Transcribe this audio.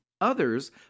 Others